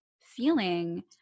feeling